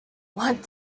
what